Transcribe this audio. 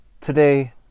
today